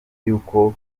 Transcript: y’uko